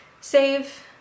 Save